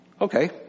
Okay